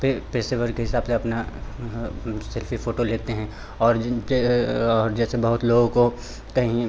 फिर पेशेवर के हिसाब से अपना सेल्फ़ी फ़ोटो लेते हैं और जिनके और जैसे बहुत लोगों को कहीं